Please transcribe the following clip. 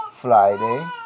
Friday